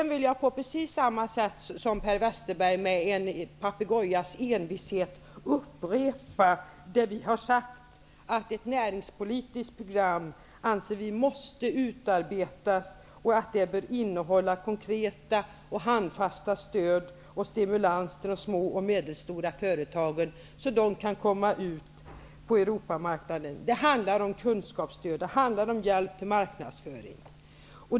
Jag vill på precis samma sätt som Per Westerberg, med en papegojas envishet, upprepa det vi har sagt. Ett näringspolitiskt program anser vi måste utarbetas, och det bör innehålla konkret och handfast stöd och stimulans till de små och medelstora företagen, så att de kan komma ut på Europamarknaden. Det handlar om kunskapsstöd, det handlar om hjälp med marknadsföring.